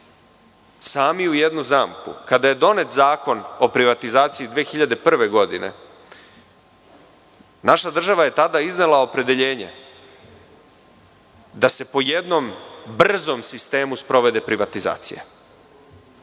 sami u jednu zamku. Kada je donet Zakon o privatizaciji 2001. godine naša država je tada iznela opredeljenje da se po jednom brzom sistemu sprovede privatizacija.